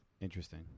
interesting